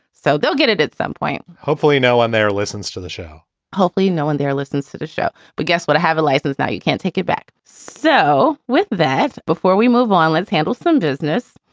so they'll get it at some point hopefully no one there listens to the show hopefully no one there listens to the show. but guess what? i have a license that you can't take it back. so with that, before we move on live, handle some business.